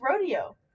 rodeo